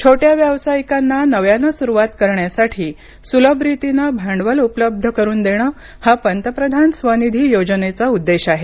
छोट्या व्यावयासिकांना नव्यानं सुरुवात करण्यासाठी सुलभ रितीने भांडवल उपलब्ध करुन देणं हा पंतप्रधान स्वनिधी योजनेचा उद्देश आहे